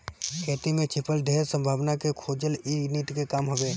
खेती में छिपल ढेर संभावना के खोजल इ नीति के काम हवे